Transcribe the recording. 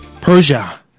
Persia